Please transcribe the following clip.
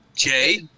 Jay